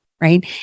Right